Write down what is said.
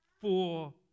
four